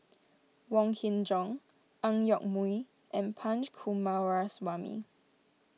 Wong Kin Jong Ang Yoke Mooi and Punch Coomaraswamy